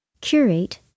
curate